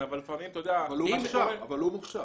והוא מוכשר.